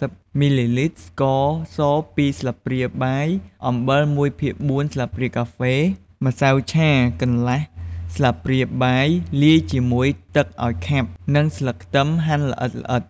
០ មីលីលីត្រ ស្ករស ២ ស្លាបព្រាបាយ អំបិល១ភាគ៤ស្លាបព្រាកាហ្វេ ម្សៅឆាកន្លះស្លាបព្រាបាយលាយជាមួយទឹកឱ្យខាប់ និង ស្លឹកខ្ទឹមហាន់ល្អិតៗ។